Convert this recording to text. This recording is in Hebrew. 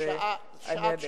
זו שעת שאלות,